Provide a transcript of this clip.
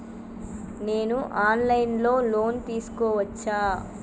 నేను online లో loan తీసుకోవచ్చా?